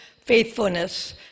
faithfulness